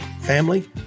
family